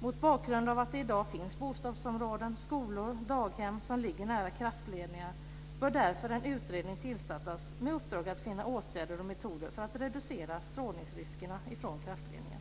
Mot bakgrund av att det i dag finns bostadsområden, skolor och daghem som ligger nära kraftledningar bör därför en utredning tillsättas med uppdrag att finna åtgärder och metoder för att reducera strålningsriskerna från kraftledningar.